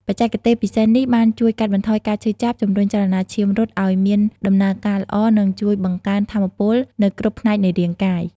បច្ចេកទេសពិសេសនេះបានជួយកាត់បន្ថយការឈឺចាប់ ជំរុញចលនាឈាមរត់ឲ្យមានដំណើរការល្អ និងជួយបង្កើនថាមពលនៅគ្រប់ផ្នែកនៃរាងកាយ។